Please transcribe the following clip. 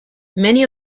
many